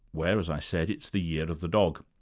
where, as i said, it's the year of the dog.